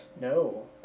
No